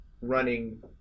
running